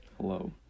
Hello